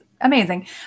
amazing